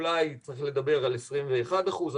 אולי צריך לדבר על 21 אחוזים.